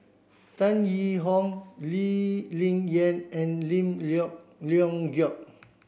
Tan Yee Hong Lee Ling Yen and Lim Leong Geok